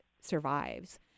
survives